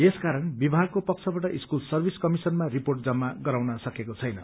यसकारण विभागको पक्षबाट स्कूल सर्भिस कमिशनमा रिपोर्ट जम्मा गराउन सकेको छैन